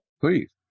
Please